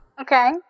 Okay